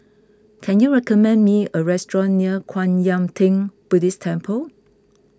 can you recommend me a restaurant near Kwan Yam theng Buddhist Temple